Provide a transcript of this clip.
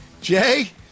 Jay